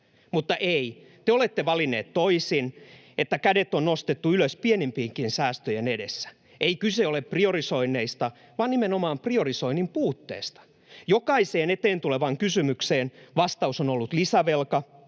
Mutta ei, te olette valinnut toisin, ja kädet on nostettu ylös pienimpienkin säästöjen edessä. Ei kyse ole priorisoinneista vaan nimenomaan priorisoinnin puutteesta. Jokaiseen eteen tulevaan kysymykseen vastaus on ollut lisävelka